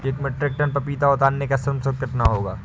एक metric tonne पपीता उतारने का श्रम शुल्क कितना होगा?